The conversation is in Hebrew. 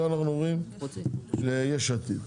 עכשיו אנחנו עוברים ליש עתיד.